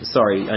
sorry